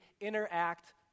interact